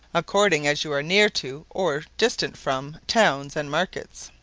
according as you are near to, or distant from, towns and markets.